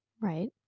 right